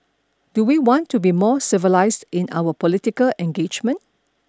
do we want to be more civilised in our political engagement